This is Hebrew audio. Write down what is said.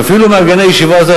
ואפילו מארגני ישיבה זו,